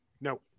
No